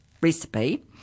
recipe